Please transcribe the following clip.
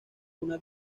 una